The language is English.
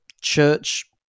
church